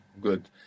Good